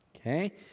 okay